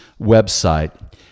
website